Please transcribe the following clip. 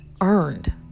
earned